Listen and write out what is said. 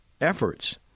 efforts